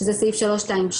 שזה סעיף 327,